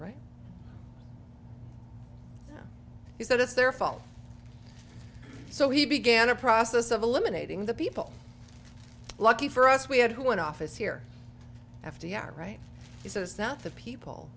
right he said it's their fault so he began a process of eliminating the people lucky for us we had who want office here f d r right he says not the people